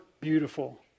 beautiful